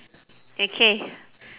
okay